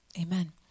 Amen